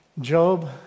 Job